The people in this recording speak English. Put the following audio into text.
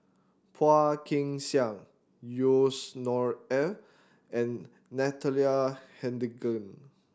Phua Kin Siang Yusnor Ef and Natalie Hennedige